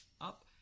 up